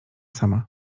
sama